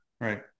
Right